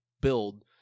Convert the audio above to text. build